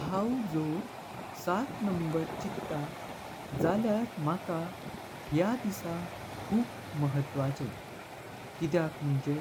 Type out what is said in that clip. हांव जोर सात नंबर चिट्टा जल्यार माका ह्या दिसा खूप महत्वाचेम किद्याक मुणचें